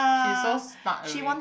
she's so smart already